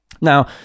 Now